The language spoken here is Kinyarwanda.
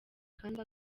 kandi